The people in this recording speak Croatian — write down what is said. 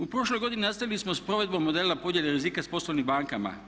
U prošloj godini nastavili smo s provedbom modela podjele rizika s poslovnim bankama.